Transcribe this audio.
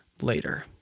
later